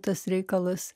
tas reikalas